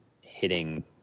hitting